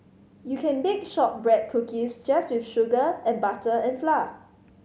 you can bake shortbread cookies just with sugar and butter and flour